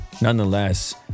Nonetheless